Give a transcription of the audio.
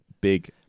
big